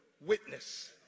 witness